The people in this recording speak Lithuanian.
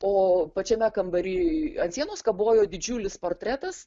o pačiame kambary ant sienos kabojo didžiulis portretas